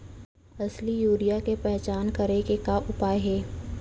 असली यूरिया के पहचान करे के का उपाय हे?